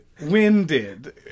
winded